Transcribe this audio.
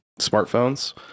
smartphones